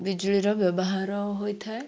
ବିଜୁଳିର ବ୍ୟବହାର ହୋଇଥାଏ